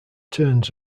turns